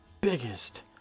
biggest